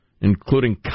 including